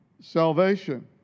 salvation